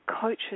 coaches